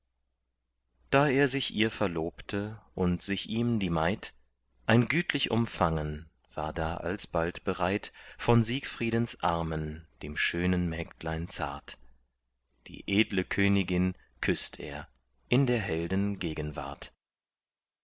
da er sich ihr verlobte und sich ihm die maid ein gütlich umfangen war da alsbald bereit von siegfriedens armen dem schönen mägdlein zart die edle königin küßt er in der helden gegenwart